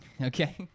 Okay